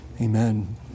Amen